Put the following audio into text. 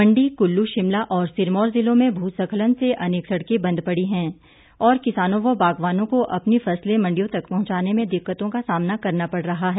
मंडी कुल्लू शिमला और सिरमौर जिलों में भूस्खलन से अनेक सड़कें बंद पड़ी हैं और किसानों व बागवानों को अपनी फसलें मंडियों तक पहुंचाने में दिक्कतों का सामना करना पड़ रहा है